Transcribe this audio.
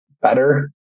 better